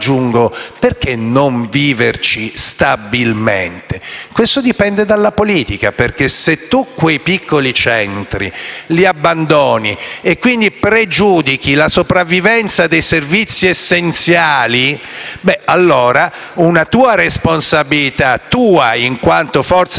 perché non viverci stabilmente? Questo dipende dalla politica, perché se tu quei piccoli centri li abbandoni e quindi pregiudichi la sopravvivenza dei servizi essenziali, allora una tua responsabilità in quanto forza